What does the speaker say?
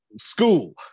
school